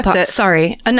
Sorry